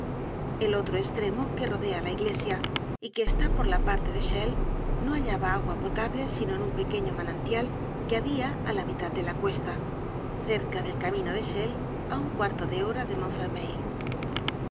el otro estremo que rodea la iglesia y que está por la parte de chelles no hallaba agua potable sino en un pequeño manantial que habia á la mitad de la cuesta cerca del camino de chelles á un cuarto de hora de